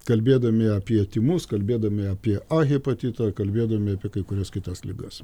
kalbėdami apie tymus kalbėdami apie a hepatitą kalbėdami apie kai kurias kitas ligas